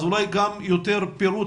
אז אולי גם יותר פירוט,